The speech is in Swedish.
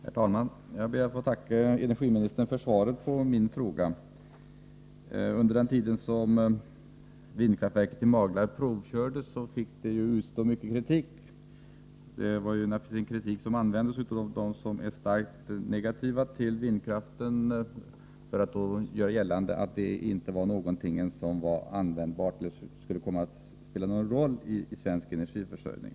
Herr talman! Jag ber att få tacka energiministern för svaret på min fråga. Under den tid som vindkraftverket i Maglarp provkördes fick det utstå mycket kritik — kritik som användes av dem som är starkt negativa till vindkraften för att göra gällande att det inte var en kraftkälla som skulle komma att spela någon roll i svensk energiförsörjning.